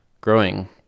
growing